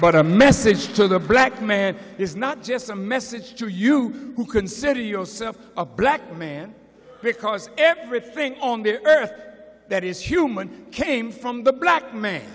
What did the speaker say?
oed a message to the black man is not just a message to you consider yourself a black man because everything on the earth that is human came from the black man